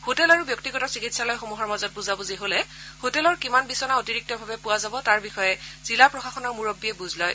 hotel আৰু ব্যক্তিগত চিকিৎসালয়সমূহৰ মাজত বুজাবুজি হলে হোটেলৰ কিমান বিচনা অতিৰিক্তভাৱে পোৱা যাব তাৰ বিষয়ে জিলা প্ৰশাসনৰ মুৰববীয়ে বুজ লয়